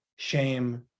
shame